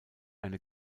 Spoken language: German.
eine